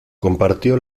compartió